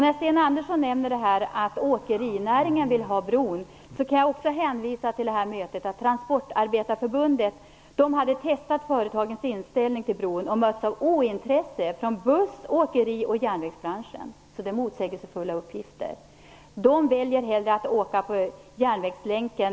När Sten Andersson nämner att åkerinäringen vill ha bron, kan jag också hänvisa till det här mötet. Transportarbetareförbundet hade testat företagens inställning till bron och mötts av ointresse från buss-, åkeri och järnvägsbranschen. Det är motsägelsefulla uppgifter. De väljer hellre att åka järnvägslänken